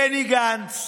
בני גנץ,